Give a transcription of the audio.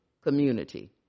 community